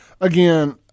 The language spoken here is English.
Again